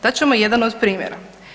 Dat ćemo jedan od primjera.